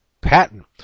patent